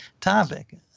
topic